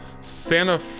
Santa